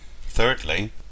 Thirdly